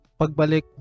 pagbalik